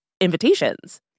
invitations